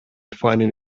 finding